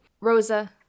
Rosa